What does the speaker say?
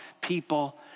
people